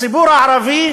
הציבור הערבי